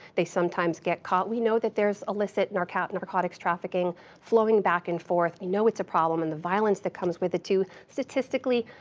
they sometimes get caught. we know that there's elicit narcotics narcotics trafficking flowing back and forth. we know it's a problem, and the violence that comes with it too. statistically,